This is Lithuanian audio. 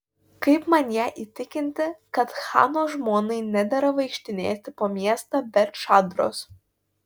kaip man ją įtikinti kad chano žmonai nedera vaikštinėti po miestą be čadros